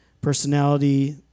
personality